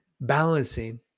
balancing